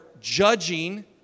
judging